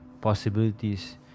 possibilities